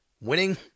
winning